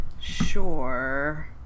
sure